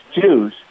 Jews